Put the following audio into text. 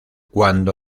cuando